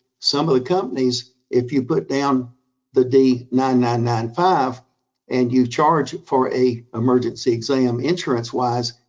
some of the companies, if you put down the d nine nine nine five and you charge for a emergency exam insurance-wise,